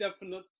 definite